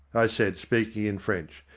i said, speaking in french,